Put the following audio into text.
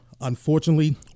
Unfortunately